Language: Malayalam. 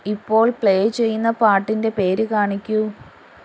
ഇപ്പോൾ പ്ലേ ചെയ്യുന്ന പാട്ടിൻ്റെ പേര് കാണിക്കൂ